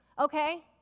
okay